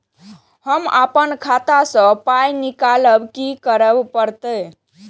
हम आपन खाता स पाय निकालब की करे परतै?